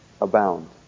abound